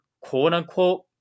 quote-unquote